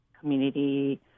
community